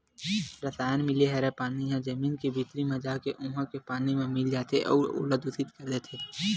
रसायन मिले हरय पानी ह जमीन के भीतरी म जाके उहा के पानी म मिल जाथे अउ ओला दुसित कर देथे